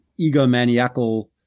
egomaniacal